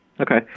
Okay